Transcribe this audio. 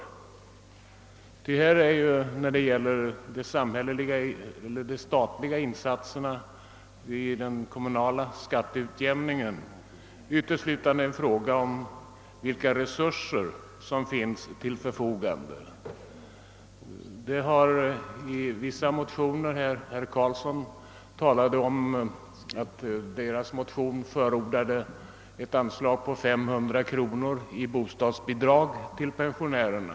När det gäller de statliga insatserna i den kommunala skatteutjämningen är det uteslutande fråga om vilka resurser Som står till förfogande. Herr Karlsson nämnde att motionärerna från hans parti förordade ett anslag på 500 kronor i bostadsbidrag till Pensionärerna.